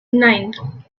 nine